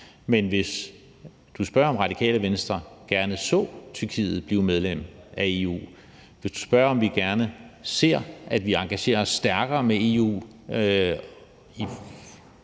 Men hvis du spørger, om Radikale Venstre gerne så Tyrkiet blive medlem af EU, hvis du spørger, om vi gerne ser, at vi engagerer os stærkere med EU i